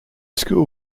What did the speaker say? school